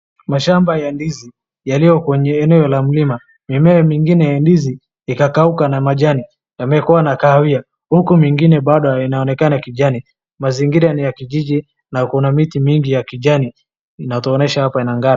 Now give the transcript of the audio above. Mashamba ya ndizi yaliyo kwenye eneo la mlima. Mimea mingine ya ndizi ikakauka na majani yamekuwa na kahawia uku mengine bado inaonekana kijani. Mazingira ni ya kijiji na kuna miti mingi ya kijani inatuonyesha hapa inang'aa.